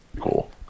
cool